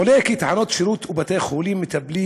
עולה כי תחנות שירות ובתי-חולים מטפלים